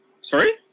Sorry